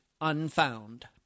Unfound